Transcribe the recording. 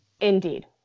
Indeed